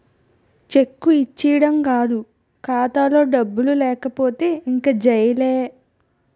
check ఇచ్చీడం కాదు ఖాతాలో డబ్బులు లేకపోతే ఇంక జైలే